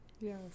Yes